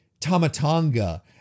Tamatanga